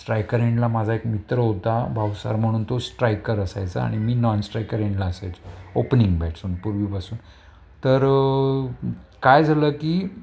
striker एंडला माझा एक मित्र होता भाऊसार म्हणून तो स्ट्रायकर असायचा आणि मी नॉनस्ट्रायकर एन्डला असायचो ओपनिंग बॅटसमैन पूर्वीपासून तर काय झालं की